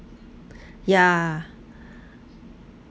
yeah